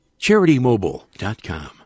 CharityMobile.com